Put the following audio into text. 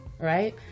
right